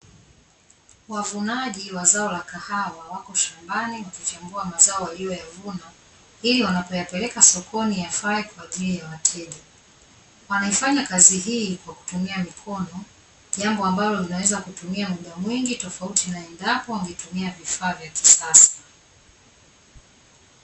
Wavunaji wa zao la kahawa wako shambani wakichambua mazao waliyoyavuna, ili wanapoyapeleka sokoni yafae kwa ajili ya wateja. Wanaifanya kazi hii kwa kutumia mikono, jambo ambalo linaweza kutumia muda mwingi tofauti na endapo wangetumia vifaa vya kisasa.